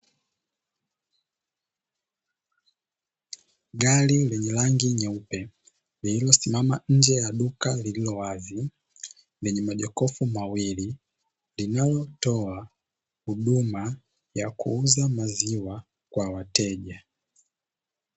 Gari lenye rangi nyeupe, lililosimama nje ya duka lililo wazi, lenye majokofu mawili linalotoa huduma ya kuuza maziwa kwa wateja.